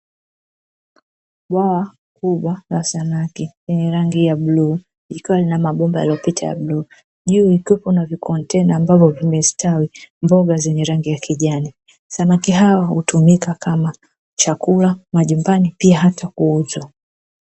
Bwawa kubwa la samaki lenye rangi ya bluu, likiwa lina mabomba yanayotumika ya bluu, juu ikiwa na vikontena ambavyo vimestawi mboga za rangi ya kijani, samaki hawa hutumika kama chakula majumbani au pia kuuzwa.